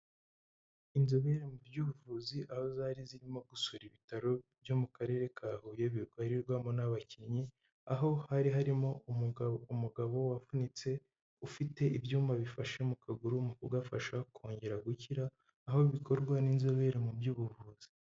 Inzobere mu by'ubuvuzi aho zari zirimo gusura ibitaro byo mu karere ka Huye, bivurirwamo n'abakinnyi, aho hari harimo umugabo umugabo wavunitse ufite ibyuma bifashe mu kaguru mu kugafasha kongera gukira, aho bikorwa n'inzobere mu by'ubuvuzi.